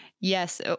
Yes